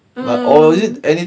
um